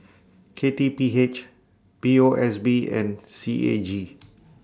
K T P H P O S B and C A G